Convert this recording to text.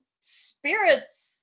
spirits